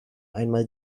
einmal